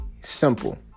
simple